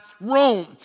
Rome